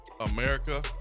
America